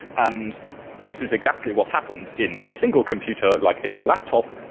and this is exactly what happens in a single computer, like if your laptop